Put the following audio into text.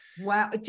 wow